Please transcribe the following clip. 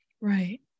Right